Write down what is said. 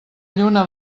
lluna